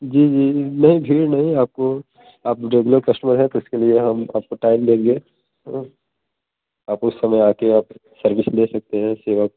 जी जी नहीं भीड़ नहीं है आपको आप रेगुलर कस्टमर है तो इसके लिए हम आपको टाइम देंगे आप उस समय आके आप सर्विस ले सकते हैं सेवा